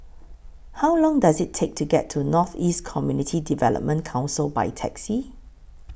How Long Does IT Take to get to North East Community Development Council By Taxi